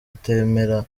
utemera